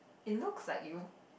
it looks like you